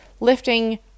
lifting